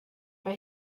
mae